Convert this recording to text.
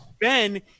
Ben